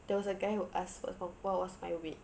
there was a guy who asked what wa~ what was my weight